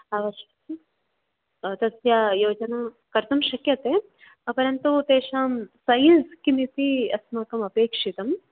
अस्तु तस्य योजना कर्तुं शक्यते परन्तु तेषां सैज़् किमिति अस्माकम् अपेक्षितम्